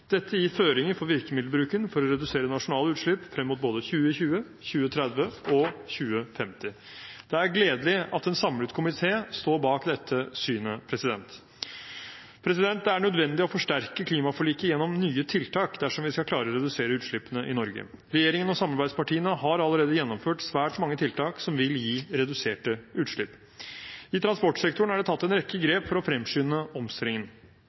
Dette gir føringer for virkemiddelbruken for å redusere nasjonale utslipp frem mot både 2020, 2030 og 2050. Det er gledelig at en samlet komité står bak dette synet. Det er nødvendig å forsterke klimaforliket gjennom nye tiltak dersom vi skal klare å redusere utslippene i Norge. Regjeringen og samarbeidspartiene har allerede gjennomført svært mange tiltak som vil gi reduserte utslipp. I transportsektoren er det tatt en rekke grep for å fremskynde omstillingen.